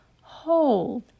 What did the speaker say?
hold